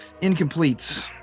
incomplete